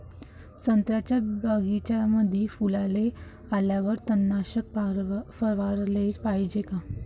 संत्र्याच्या बगीच्यामंदी फुलाले आल्यावर तननाशक फवाराले पायजे का?